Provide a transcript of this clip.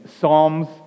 psalms